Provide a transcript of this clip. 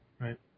right